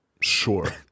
sure